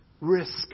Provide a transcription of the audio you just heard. risk